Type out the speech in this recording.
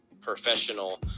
professional